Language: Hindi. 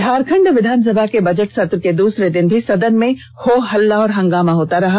झारखंड विधानसभा के बजट सत्र के दूसरे दिन भी सदन में हो हल्ला और हंगामा होता रहा